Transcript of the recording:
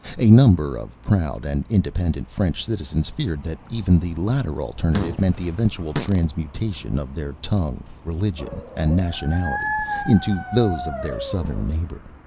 a number of proud and independent french citizens feared that even the latter alternative meant the eventual transmutation of their tongue, religion and nationality into those of their southern neighbor.